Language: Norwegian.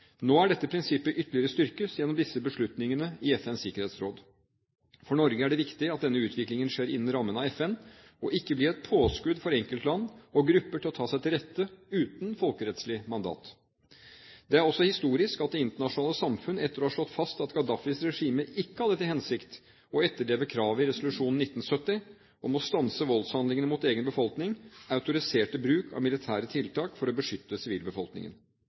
Nå er dette prinsippet ytterligere styrket gjennom disse beslutningene i FNs sikkerhetsråd. For Norge er det viktig at denne utviklingen skjer innen rammene av FN og ikke blir et påskudd for enkeltland og grupper til å ta seg til rette uten et folkerettslig mandat. Det er også historisk at det internasjonale samfunn – etter å ha slått fast at Gaddafis regime ikke hadde til hensikt å etterleve kravet i resolusjon 1970, om å stanse voldshandlingene mot egen befolkning – autoriserte bruk av militære tiltak for å beskytte sivilbefolkningen.